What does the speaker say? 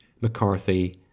McCarthy